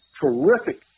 terrific